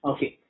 Okay